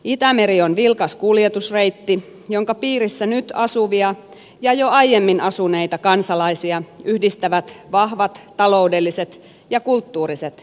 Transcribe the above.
itämeri on vilkas kuljetusreitti jonka piirissä nyt asuvia ja jo aiemmin asuneita kansalaisia yhdistävät vahvat taloudelliset ja kulttuuriset siteet